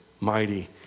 mighty